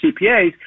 CPAs